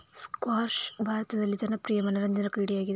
squash ಭಾರತದಲ್ಲಿ ಜನಪ್ರಿಯ ಮನರಂಜನಾ ಕ್ರೀಡೆಯಾಗಿದೆ